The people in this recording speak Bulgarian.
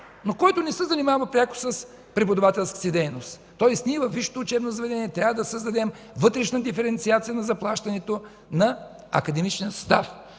но който не се занимава пряко с преподавателската си дейност. Тоест ние във висшето учебно заведение трябва да създадем вътрешна диференциация на заплащането на академичния състав.